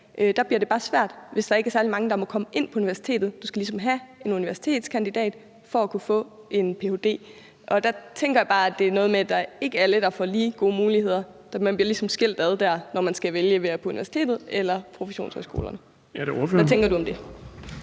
Der bliver det bare svært, hvis der ikke er særlig mange, der må komme ind på universitetet. Du skal ligesom have en universitetskandidat får at kunne få en ph.d. Og der tænker jeg bare, at det er noget med, at der netop ikke er lige muligheder, og at man ligesom bliver skilt fra dér, når man skal vælge, om man vil på universitetet eller på professionshøjskolen. Hvad tænker du om det?